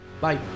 Bye